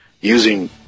using